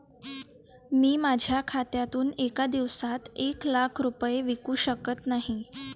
मी माझ्या खात्यातून एका दिवसात एक लाख रुपये विकू शकत नाही